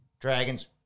Dragons